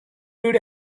would